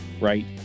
right